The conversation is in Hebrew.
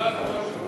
החלק הראשון